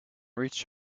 reached